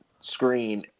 screen